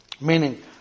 Meaning